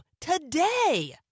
today